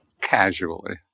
casually